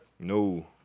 No